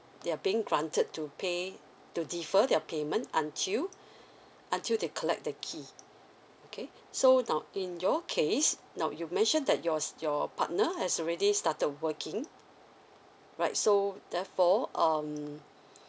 they are being granted to pay to defer their payment until until they collect the key okay so do note in your case now you mentioned that yours your partner has already started working right so therefore um